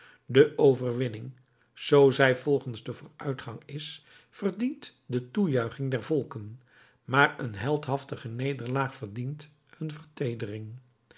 de overwinning zoo zij volgens den vooruitgang is verdient de toejuiching der volken maar een heldhaftige nederlaag verdient hun